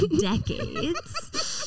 decades